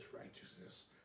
righteousness